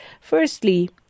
Firstly